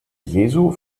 jesu